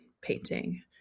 painting